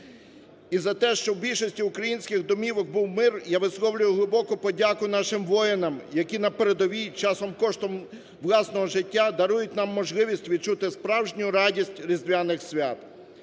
І за те, щоб в більшості українських домівок був мир я висловлюю глибоку подяку нашим воїнам, які на передовій часом коштом власного життя дарують нам можливість відчути справжню радість різдвяних свят.